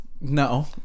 no